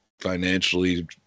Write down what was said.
financially